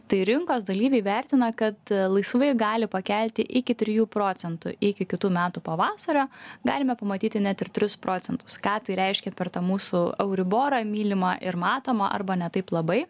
tai rinkos dalyviai vertina kad laisvai gali pakelti iki trijų procentų iki kitų metų pavasario galime pamatyti net ir trys procentus ką tai reiškia per tą mūsų euriborą mylimą ir matomą arba ne taip labai